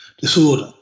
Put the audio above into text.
disorder